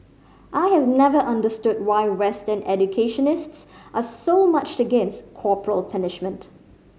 I have never understood why Western educationists are so much against corporal punishment